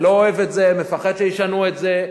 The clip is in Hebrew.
לא אוהב את זה, מפחד שישנו את זה.